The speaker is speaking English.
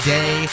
Day